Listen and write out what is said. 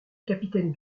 capitaine